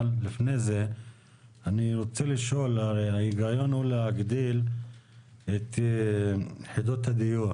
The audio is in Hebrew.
אבל לפני זה אני רוצה לשאול: ההיגיון הוא להגדיל את מספר יחידות הדיור